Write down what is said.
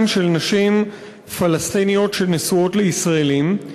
של נשים פלסטיניות שנשואות לישראלים.